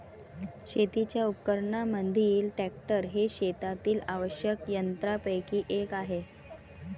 शेतीच्या उपकरणांमधील ट्रॅक्टर हे शेतातील आवश्यक यंत्रांपैकी एक आहे